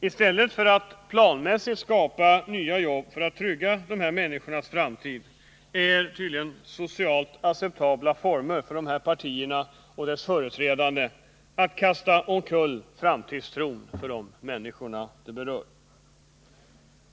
I stället för att planmässigt skapa nya jobb för att trygga dessa människors framtid är tydligen ”socialt acceptabla former” för dessa partier och deras företrädare att kasta omkull framtidstron för de människor det berör.